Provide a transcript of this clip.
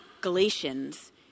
Galatians